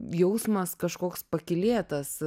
jausmas kažkoks pakylėtas